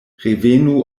revenu